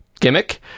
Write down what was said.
gimmick